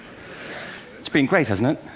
it's been great, hasn't it?